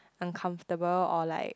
uncomfortable or like